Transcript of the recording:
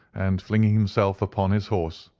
and, flinging himself upon his horse,